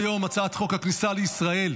אני קובע כי הצעת חוק החיילים המשוחררים (החזרה לעבודה)